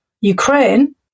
Ukraine